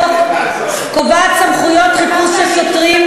קובעת סמכויות חיפוש של שוטרים,